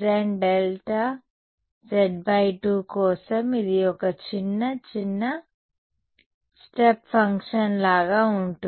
z2 z Δ z2 కోసం ఇది ఒక చిన్న చిన్న స్టెప్ ఫంక్షన్ లాగా ఉంటుంది